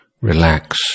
relax